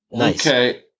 Okay